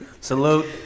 Salute